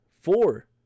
Four